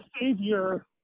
savior